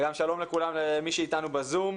ושלום לכולם, למי אתנו ב-זום.